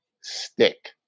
stick